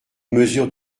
mesure